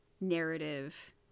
narrative